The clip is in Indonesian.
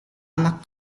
anak